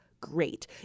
great